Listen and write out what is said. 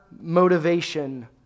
motivation